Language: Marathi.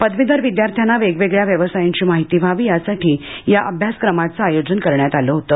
पदवीधर विद्यार्थ्यांना वेगवेगळ्या व्यवसायांची माहिती व्हावी यासाठी या अभ्यासक्रमाच आयोजन करण्यात आलं होतं